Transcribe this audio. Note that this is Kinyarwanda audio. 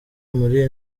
muri